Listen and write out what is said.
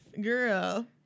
girl